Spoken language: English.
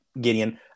Gideon